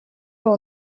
well